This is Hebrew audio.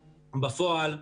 בפועל,